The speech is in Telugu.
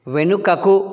వెనుకకు